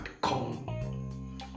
come